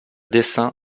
dessin